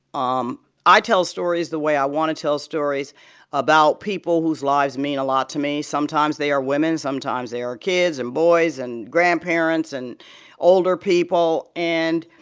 um i tell stories the way i want to tell stories about people whose lives mean a lot to me. sometimes, they are women. sometimes, they are kids and boys and grandparents and older people. and